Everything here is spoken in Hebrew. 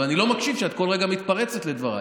אבל אני לא מקשיב כשאת כל רגע מתפרצת לדבריי.